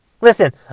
Listen